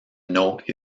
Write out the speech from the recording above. note